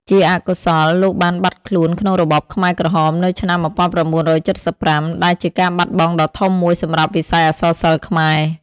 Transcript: ជាអកុសល លោកបានបាត់ខ្លួនក្នុងរបបខ្មែរក្រហមនៅឆ្នាំ ១៩៧៥ ដែលជាការបាត់បង់ដ៏ធំមួយសម្រាប់វិស័យអក្សរសិល្ប៍ខ្មែរ។